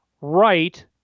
right